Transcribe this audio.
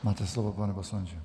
Máte slovo, pane poslanče.